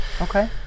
Okay